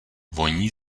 voní